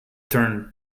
turned